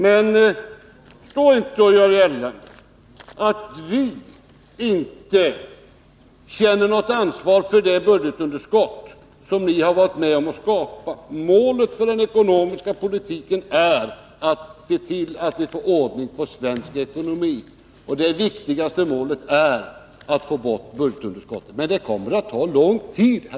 Stå inte och gör gällande att vi inte känner något ansvar för det budgetunderskott som ni har varit med om att skapa. Målet för den ekonomiska politiken är att få ordning på den svenska ekonomin. Det viktigaste är då att få bort budgetunderskottet. Men det här kommer, herr talman, att ta lång tid.